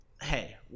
hey